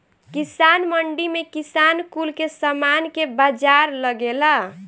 किसान मंडी में किसान कुल के समान के बाजार लगेला